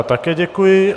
Také děkuji.